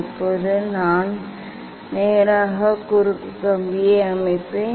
இப்போது நான் நேராக குறுக்கு கம்பியை அமைப்பேன்